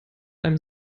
einem